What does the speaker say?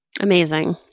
Amazing